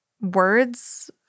words